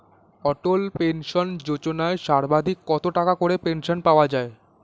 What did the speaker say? অটল pension Yojana সর্বাধিক কত টাকা করে পেনশন পাওয়া যায়?